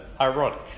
ironic